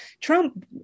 Trump